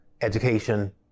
education